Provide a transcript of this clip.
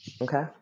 Okay